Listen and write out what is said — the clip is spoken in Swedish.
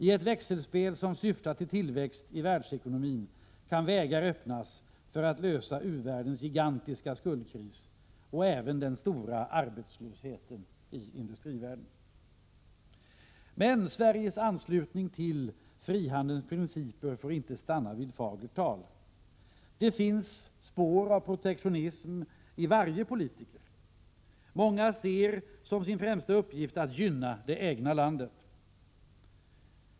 I ett växelspel som syftar till tillväxt i världsekonomin kan vägar öppnas för att lösa u-världens gigantiska skuldkris och även den stora arbetslösheten i industrivärlden. Sveriges anslutning till frihandelns principer får inte stanna vid fagert tal. Det finns spår av protektionism i varje politiker. Många ser som sin främsta uppgift att gynna det egna landet.